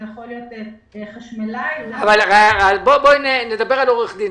זה יכול להיות חשמלאי -- בואי נדבר על עורך-דין,